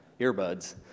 earbuds